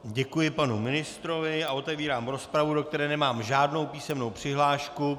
Děkuji panu ministrovi a otevírám rozpravu, do které nemám žádnou písemnou přihlášku.